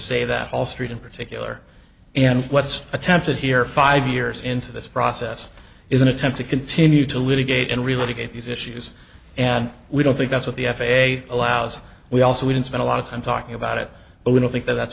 say that all street in particular and what's attempted here five years into this process is an attempt to continue to litigate and really get these issues and we don't think that's what the f a a allows we also we didn't spend a lot of time talking about it but we don't think that's what